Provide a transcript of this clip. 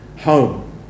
home